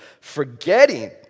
forgetting